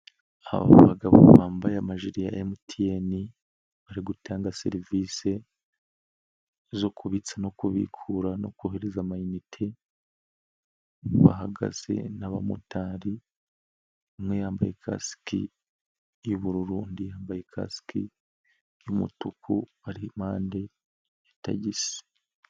Abagabo bambaye amajiri ya MTN, bari gutanga serivisi zo kubitsa no kubikura no kohereza amainnite, bahagaze n'abamotari, umwe yambaye ikasike y'ubururu undi yambaye kasike y'umutuku, bari impande ya tagisi.